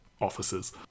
offices